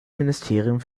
ministerium